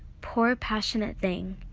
poor passionate thing,